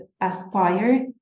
Aspire